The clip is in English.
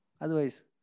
Otherwise